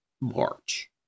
March